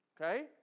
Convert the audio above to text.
Okay